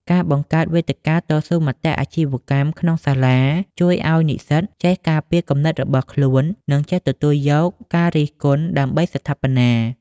ការបង្កើត "វេទិកាតស៊ូមតិអាជីវកម្ម" ក្នុងសាលា ជួយឱ្យនិស្សិតចេះការពារគំនិតរបស់ខ្លួន និងចេះទទួលយកការរិះគន់ដើម្បីស្ថាបនា។